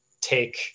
take